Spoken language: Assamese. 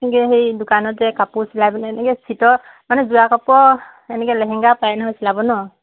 এনেকৈ সেই দোকানত যে কাপোৰ চিলাই পিনে এনেকৈ চীটৰ মানে যোৱা কাপোৰ এনেকৈ লেহেংগা পায় নহয় চিলাব ন